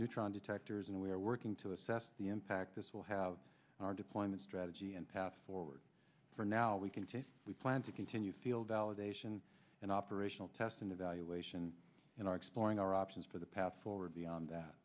neutron detectors and we are working to assess the impact this will have on our deployment strategy and path forward for now we can test we plan to continue field validation and operational test and evaluation and are exploring our options for the path forward beyond that